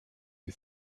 you